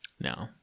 No